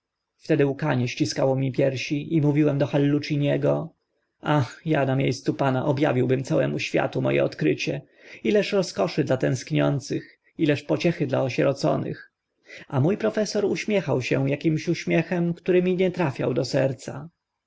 wtedy łkanie ściskało mi piersi i mówiłem do halluciniego ach a na mie scu pana ob awiłbym całemu światu mo e odkrycie ileż rozkoszy dla tęskniących ileż pociech dla osieroconych a mó profesor uśmiechał się akimś uśmiechem który mi nie trafiał do serca